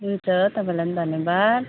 हुन्छ तपाईँलाई पनि धन्यवाद